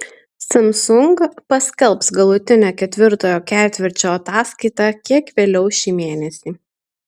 samsung paskelbs galutinę ketvirtojo ketvirčio ataskaitą kiek vėliau šį mėnesį